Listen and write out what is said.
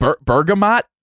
bergamot